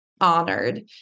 honored